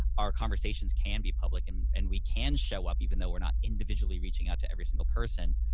our conversations can be public and and we can show up even though we're not individually reaching out to every single person.